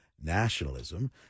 nationalism